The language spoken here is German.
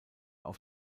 auf